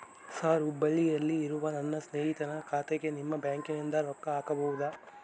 Sir ಹುಬ್ಬಳ್ಳಿಯಲ್ಲಿ ಇರುವ ನನ್ನ ಸ್ನೇಹಿತನ ಖಾತೆಗೆ ನಿಮ್ಮ ಬ್ಯಾಂಕಿನಿಂದ ರೊಕ್ಕ ಹಾಕಬಹುದಾ?